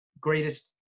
greatest